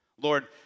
Lord